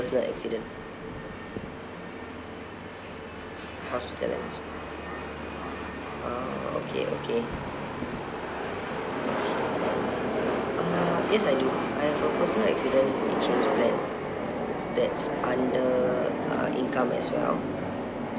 accident hospitalization ah okay okay okay uh yes I do I have a personal accident insurance plan that's under uh income as well